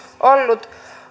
ollut